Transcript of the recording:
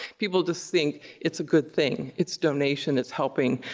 people just think it's a good thing. it's donation, it's helping.